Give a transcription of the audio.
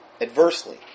adversely